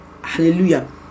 hallelujah